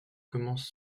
commence